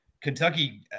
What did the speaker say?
Kentucky